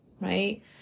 right